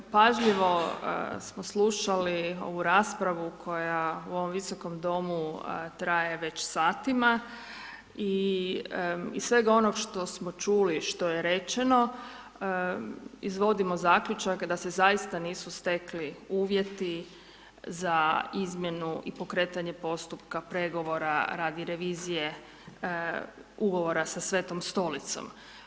Pažljivo smo slušali ovu raspravu koja u ovom Visokom domu traje već satima i iz svega onoga što smo čuli, što je rečeno, izvodimo zaključak da se zaista nisu stekli uvjeti za izmjenu i pokretanje postupka pregovora radi revizije ugovora sa Svetom Stolicom.